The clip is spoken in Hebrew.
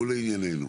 ולעניינינו.